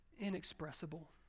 inexpressible